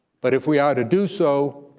but if we are to do so,